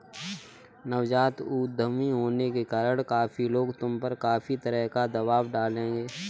नवजात उद्यमी होने के कारण काफी लोग तुम पर काफी तरह का दबाव डालेंगे